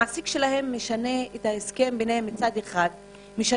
המעסיק שלהם משנה את ההסכם ביניהם מצד אחד וקובע